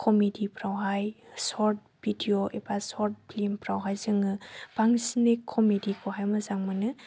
कमिडिफ्रावहाय shirt video एबा shirt फिल्मफोरावहाय जोङो बांसिनै कमिडिखौहाय मोजां मोनो